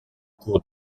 cours